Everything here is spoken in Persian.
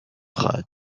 خواهد